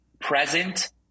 present